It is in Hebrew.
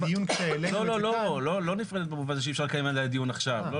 לא נפרדת במובן שאי-אפשר לקיים עליה דיון עכשיו.